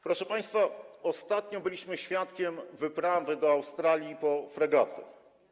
Proszę państwa, ostatnio byliśmy świadkami wyprawy do Australii po fregaty.